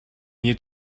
need